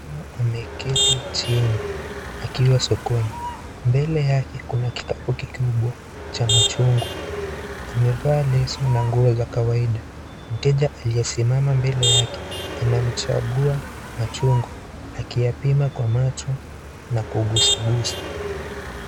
Mama ameketi chini akiwa sokoni . Mbele yake kuna kikapu kikubwa cha machungwa , amevaa leso na nguo za kawaida. Mteja aliyesimama mbele yake anamchagua machungwa akiyapima kwa macho na kugusagusa.